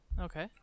Okay